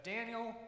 Daniel